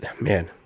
man